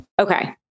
Okay